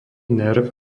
nerv